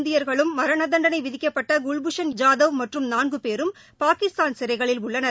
இந்தியர்களும் மரணதண்டனைவிதிக்கப்பட்டகுவ்பூஷன் ஜாதவ் மற்றும் நான்குபேரும் பத்து பாகிஸ்தான் சிறைகளில் உள்ளனர்